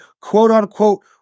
quote-unquote